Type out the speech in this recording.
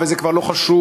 וזה כבר לא חשוב,